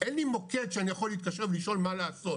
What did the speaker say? אין לי מוקד שאני יכול להתקשר ולשאול מה לעשות?